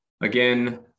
again